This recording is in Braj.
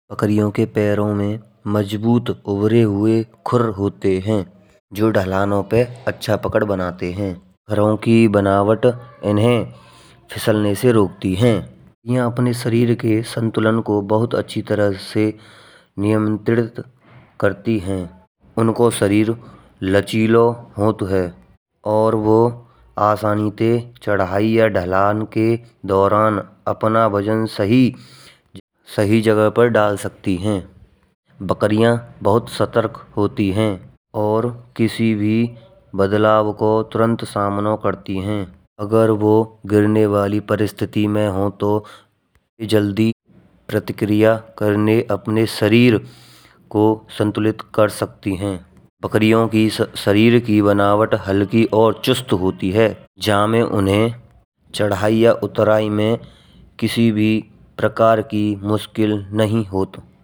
बकरियों के पैरों में मजबूत उभरे हुए खुर होते हैं। जो ढलानों पर अच्छा पकड़ बनाते हैं। घरों के बनावट इन्हें फिसलाने से रोकते हैं। या अपने शरीर के संतुलन को बहुत अच्छी तरह से नियंत्रित करती हैं। उनको शरीर लचीला होता है। और वह आसानी से चढ़ाई या ढलान के दौरान अपना वजन सही-सही जगह पर डाल सकती हैं। बकरिया बहुत सतर्क होते हैं और किसी भी बदलाव को तुरंत सामना करती हैं। अगर वो गिरने वाले परिस्थिति में हो तो जल्दी प्रतिक्रिया करने अपने शरीर को संतुलित कर सकती हैं। बकरियों की शरीर की बनावट हल्की और चुस्त होती है। जा मा उन्हें चढ़ाई या उतराई में किसी भी प्रकार की मुश्किल नहीं होती।